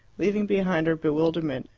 leaving behind her bewilderment,